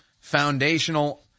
Foundational